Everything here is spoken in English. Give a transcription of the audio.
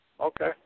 Okay